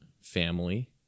family